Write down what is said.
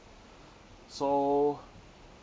so